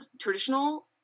traditional